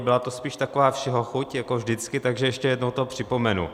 Byla to spíš taková všehochuť jako vždycky, takže ještě jednou to připomenu.